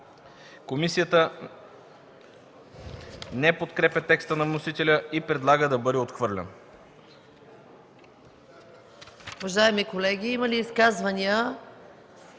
Комисията не подкрепя текста на вносителя и предлага да бъде отхвърлен.